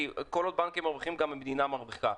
כל עוד הבנקים מרוויחים גם המדינה מרוויחה,